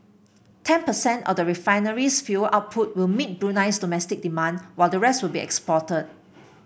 ten percent of the refinery's fuel output will meet Brunei's domestic demand while the rest will be exported